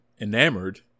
enamored